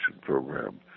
program